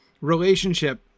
relationship